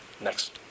next